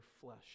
flesh